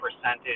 percentage